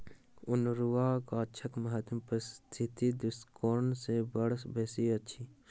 अनेरुआ गाछक महत्व पारिस्थितिक दृष्टिकोण सँ बड़ बेसी अछि